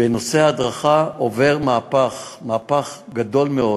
בנושא ההדרכה, עובר מהפך, מהפך גדול מאוד,